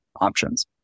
options